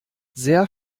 sehr